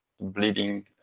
bleeding